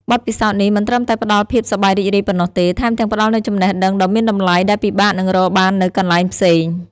បទពិសោធន៍នេះមិនត្រឹមតែផ្តល់ភាពសប្បាយរីករាយប៉ុណ្ណោះទេ ថែមទាំងផ្តល់នូវចំណេះដឹងដ៏មានតម្លៃដែលពិបាកនឹងរកបាននៅកន្លែងផ្សេង។